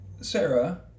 Sarah